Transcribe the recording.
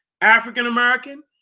African-American